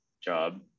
job